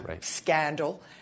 scandal